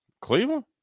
Cleveland